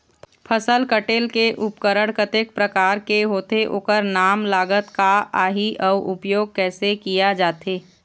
फसल कटेल के उपकरण कतेक प्रकार के होथे ओकर नाम लागत का आही अउ उपयोग कैसे किया जाथे?